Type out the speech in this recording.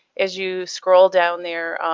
as you scroll down there,